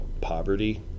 poverty